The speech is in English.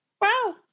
Wow